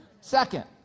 Second